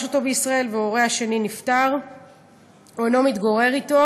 אותו בישראל וההורה השני נפטר או אינו מתגורר אתו,